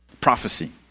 prophecy